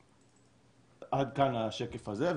עד כאן השקף הזה.